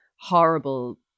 horrible